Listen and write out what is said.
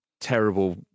terrible